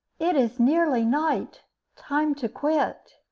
it is nearly night time to quit.